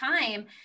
time